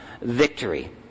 victory